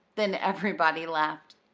then everybody laughed.